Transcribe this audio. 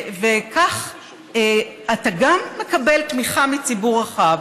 וכך אתה גם מקבל תמיכה מציבור רחב,